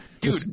Dude